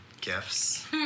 gifts